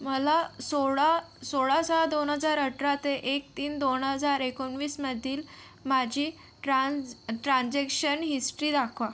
मला सोळा सोळा सहा दोन हजार अठरा ते एक तीन दोन हजार एकोणवीसमधील माझी ट्रान्झ ट्रान्झॅक्शन हिस्टरी दाखवा